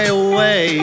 away